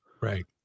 right